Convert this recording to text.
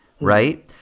Right